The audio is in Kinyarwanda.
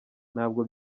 ntabwo